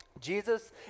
Jesus